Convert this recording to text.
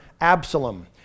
Absalom